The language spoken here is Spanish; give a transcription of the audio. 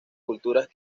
culturas